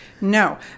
No